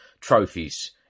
trophies